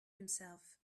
himself